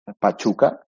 Pachuca